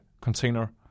container